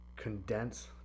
Condense